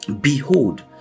Behold